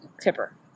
Tipper